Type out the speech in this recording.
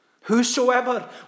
whosoever